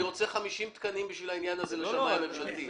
אני רוצה 50 תקנים בשביל העניין הזה לשמאי הממשלתי.